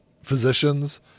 Physicians